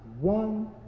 one